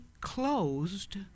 closed